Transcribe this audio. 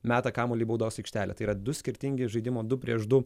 meta kamuolį į baudos aikštelę tai yra du skirtingi žaidimo du prieš du